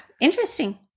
Interesting